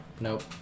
Nope